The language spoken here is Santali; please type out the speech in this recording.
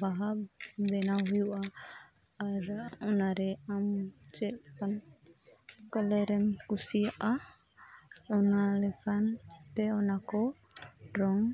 ᱵᱟᱦᱟ ᱵᱮᱱᱟᱣ ᱦᱩᱭᱩᱜᱼᱟ ᱟᱨ ᱚᱱᱟᱨᱮ ᱟᱢ ᱪᱮᱫ ᱞᱮᱠᱟᱱ ᱠᱟᱞᱟᱨ ᱮᱢ ᱠᱩᱥᱤᱭᱟᱜᱼᱟ ᱚᱱᱟ ᱞᱮᱠᱟᱛᱮ ᱚᱱᱟ ᱠᱚ ᱨᱚᱝ